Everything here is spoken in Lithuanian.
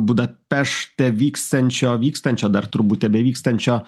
budapešte vyksiančio vykstančio dar turbūt tebevykstančio